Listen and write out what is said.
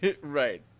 Right